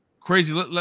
crazy